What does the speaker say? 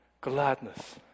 gladness